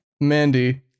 Mandy